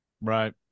Right